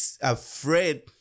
afraid